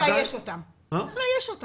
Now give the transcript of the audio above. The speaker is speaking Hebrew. צריך לאייש אותם, כן.